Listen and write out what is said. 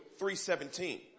3.17